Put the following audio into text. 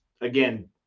again